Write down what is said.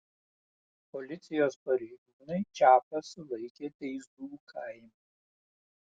policijos pareigūnai čapą sulaikė teizų kaime